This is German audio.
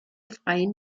freien